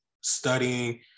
studying